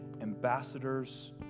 ambassadors